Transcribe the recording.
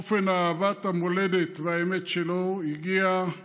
אופן אהבת המולדת והאמת שלו הגיעו